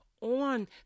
on